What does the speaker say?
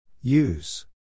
Use